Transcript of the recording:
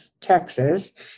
Texas